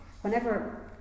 Whenever